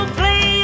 play